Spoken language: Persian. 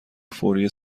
فوری